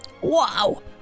Wow